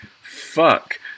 fuck